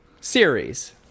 series